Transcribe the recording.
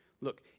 Look